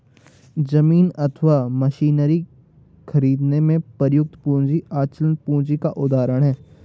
जमीन अथवा मशीनरी खरीदने में प्रयुक्त पूंजी अचल पूंजी का उदाहरण है